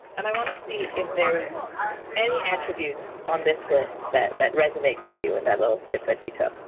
and i want to see if there's any attributes on this list that that resonate with you in that little sip that you took.